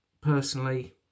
personally